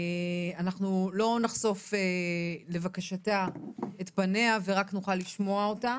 אנחנו לא נחשוף את פניה וזאת לבקשתה ואנחנו רק נוכל לשמוע אותה